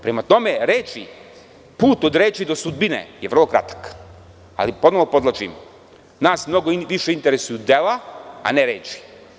Prema tome, reči put od reči do sudbine je vrlo kratak, ali ponovo podvlačim, nas mnogo više interesuju dela, a ne reči.